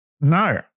No